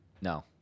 No